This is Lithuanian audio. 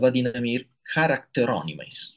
vadinami charakteronimais